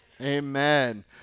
Amen